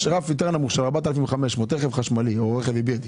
יש רף יותר נמוך של 4,500 ₪ רכב חשמלי או רכב היברידי,